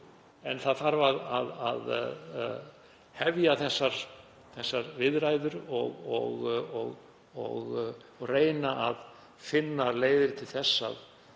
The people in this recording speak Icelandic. En það þarf að hefja viðræður og reyna að finna leiðir til þess að